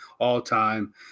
all-time